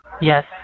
Yes